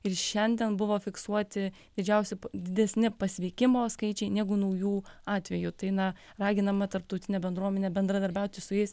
ir šiandien buvo fiksuoti didžiausi didesni pasveikimo skaičiai negu naujų atvejų tai na raginama tarptautinę bendruomenę bendradarbiauti su jais